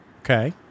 okay